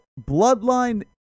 Bloodline